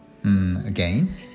Again